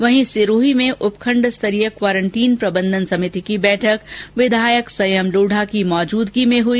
वहीं सिरोही में उपखण्ड स्तरीय क्वारेंटीन प्रबन्धन समिति की बैठक विधायक संयम लोढ़ा की मौजूदगी में हुई